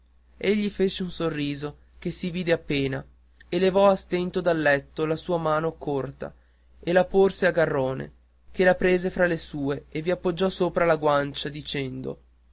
conosci egli fece un sorriso che si vide appena e levò a stento dal letto la sua mano corta e la porse a garrone che la prese fra le sue e vi appoggiò sopra la guancia dicendo